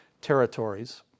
territories